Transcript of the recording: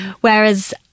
whereas